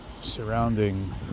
surrounding